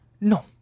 No